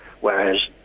whereas